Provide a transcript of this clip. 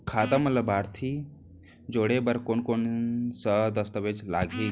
खाता म लाभार्थी जोड़े बर कोन कोन स दस्तावेज लागही?